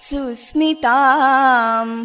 Susmitam